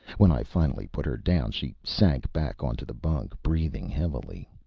when i finally put her down she sank back onto the bunk, breathing heavily.